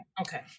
okay